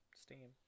Steam